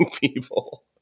people